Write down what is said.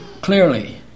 clearly